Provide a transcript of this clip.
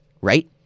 right